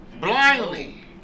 Blindly